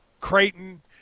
Creighton